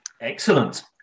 Excellent